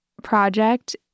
project